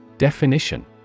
Definition